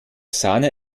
sahne